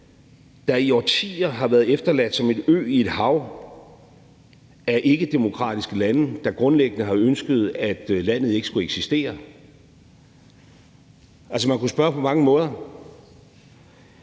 der i årtier har været efterladt som en ø i et hav af ikkedemokratiske lande, der grundlæggende har ønsket, at landet ikke skulle eksistere. Altså, man kunne spørge på mange måder.